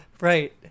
Right